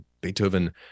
Beethoven